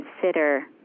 consider